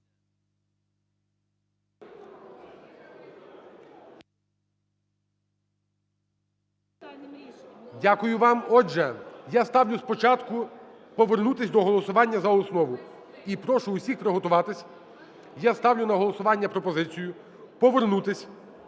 Дякую вам. Отже, я ставлю спочатку повернутися до голосування за основу. І прошу усіх приготуватися. Я ставлю на голосування пропозицію повернутися